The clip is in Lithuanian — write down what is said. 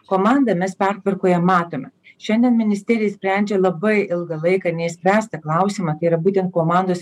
komandą mes pertvarkoje matome šiandien ministerijai sprendžia labai ilgą laiką neišspręstą klausimą tai yra būtent komandos